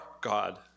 God